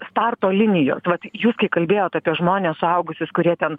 starto linijos vat jūs kai kalbėjot apie žmones suaugusius kurie ten